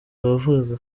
abavugaga